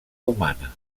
humana